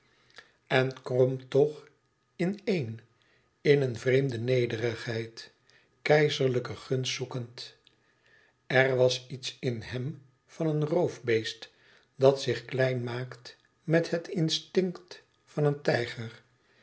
en kromp toch in een in een vreemde nederigheid keizerlijke gunst zoekend er was iets in hem van een roofbeest dat zich klein maakt met het instinct van een tijger